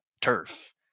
turf